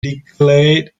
declared